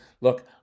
Look